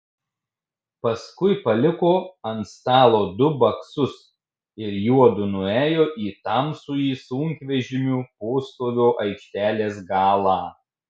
paskui paliko ant stalo du baksus ir juodu nuėjo į tamsųjį sunkvežimių postovio aikštelės galą